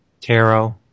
Tarot